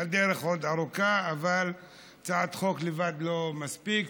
הדרך עוד ארוכה, אבל הצעת חוק לבד, לא מספיק.